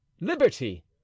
Liberty